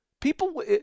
People